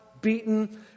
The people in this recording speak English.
beaten